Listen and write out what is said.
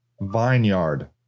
Vineyard